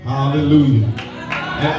Hallelujah